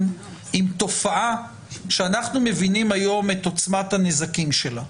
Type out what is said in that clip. עם תופעה שאנחנו מבינים היום את עוצמת הנזקים שלה.